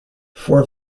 four